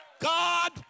God